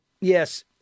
Yes